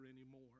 anymore